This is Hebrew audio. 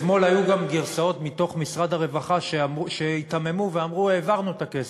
אתמול היו גם גרסאות מתוך משרד הרווחה שהיתממו ואמרו: העברנו את הכסף.